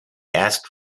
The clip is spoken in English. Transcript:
asked